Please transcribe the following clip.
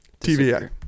TVA